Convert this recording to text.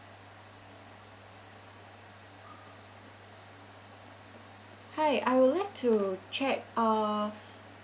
hi I would like to check uh